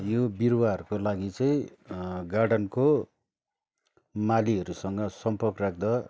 यो बिरूवाहरूको लागि चाहिँ गार्डनको मालीहरूसँग सम्पर्क राख्दा